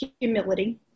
Humility